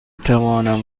توانم